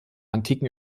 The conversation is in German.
antiken